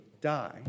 die